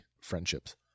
friendships